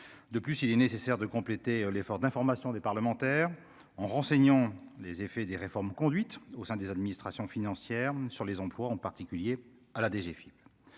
de plus il est nécessaire de compléter l'effort d'information des parlementaires en renseignant les effets des réformes conduites au sein des administrations financières sur les emplois, en particulier à la DGFIP,